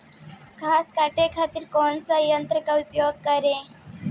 घास काटे खातिर कौन सा यंत्र का उपयोग करें?